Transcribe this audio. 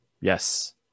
Yes